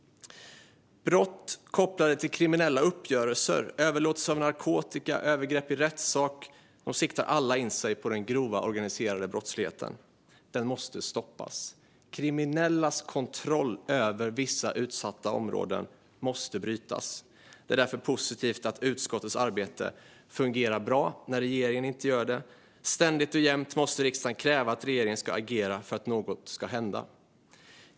Brott kopplade till kriminella uppgörelser, överlåtelse av narkotika och övergrepp i rättssak siktar alla in sig på den grova organiserade brottsligheten. Den måste stoppas. Kriminellas kontroll över vissa utsatta områden måste brytas. Det är därför positivt att utskottets arbete fungerar bra när regeringens inte gör det. Ständigt och jämt måste riksdagen kräva att regeringen ska agera för att något ska hända.